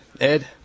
Ed